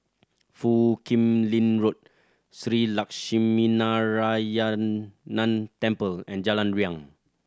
Foo Kim Lin Road Shree Lakshminarayanan Temple and Jalan Riang